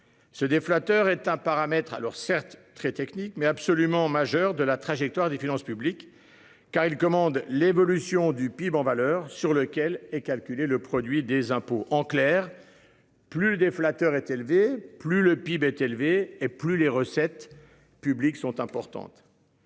Ce des flatteurs est un paramètre alors certes très technique mais absolument majeur de la trajectoire des finances publiques car il commande l'évolution du PIB en valeurs sur lequel est calculé le produit des impôts en clair. Plus des flatteurs est élevé, plus le PIB est élevé et plus les recettes publiques sont importantes.